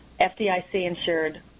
FDIC-insured